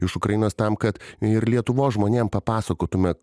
iš ukrainos tam kad ir lietuvos žmonėm papasakotumė